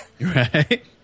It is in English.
Right